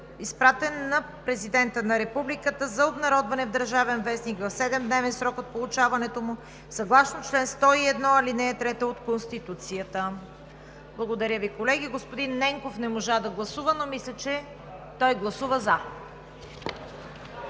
изпратен на Президента на Републиката за обнародване в „Държавен вестник“ в 7-дневен срок от получаването му съгласно чл. 101, ал. 3 от Конституцията. Господин Ненков не можа да гласува, но мисля, че гласува „за“.